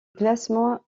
classement